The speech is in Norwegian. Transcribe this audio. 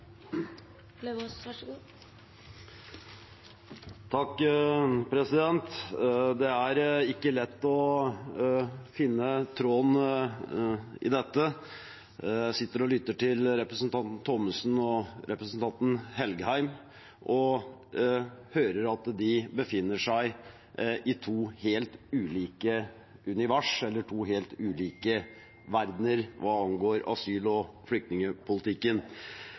ikke lett å finne tråden i dette. Jeg sitter og lytter til representanten Thommessen og representanten Engen-Helgheim og hører at de befinner seg i to helt ulike univers, eller to helt ulike verdener, hva angår asyl- og